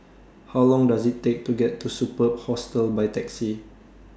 How Long Does IT Take to get to Superb Hostel By Taxi